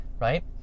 right